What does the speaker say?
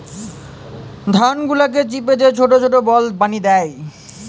ধান গুলাকে চিপে যে ছোট ছোট বল বানি দ্যায়